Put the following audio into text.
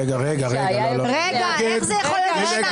רגע, איך זה יכול להיות?